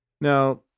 Now